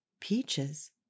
peaches